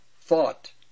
thought